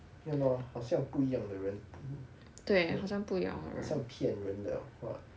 ya loh 好像不一样的人 好像骗人的 !wah!